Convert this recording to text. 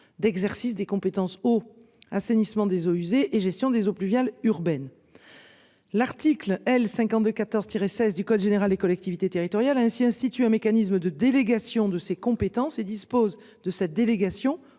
d'exercice des compétences eau, assainissement des eaux usées et gestion des eaux pluviales urbaines. L'article L 52 14 tiré 16 du code général des collectivités territoriales a ainsi institué un mécanisme de délégation de ses compétences et dispose de cette délégation